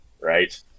right